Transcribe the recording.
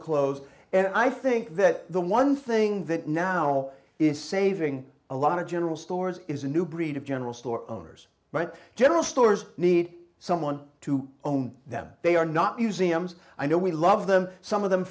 close and i think that the one thing that now will is saving a lot of general stores is a new breed of general store owners but general stores need someone to own them they are not museums i know we love them some of them